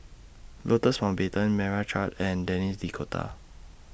Louis Mountbatten Meira Chand and Denis D'Cotta